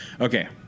Okay